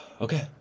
Okay